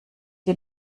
die